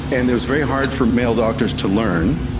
and it was very hard for male doctors to learn.